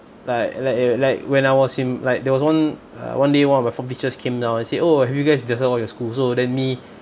like like a~ like when I was in like there was one uh one day one of the form teachers came down and say oh have you guys decide on your school so then me